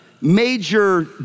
major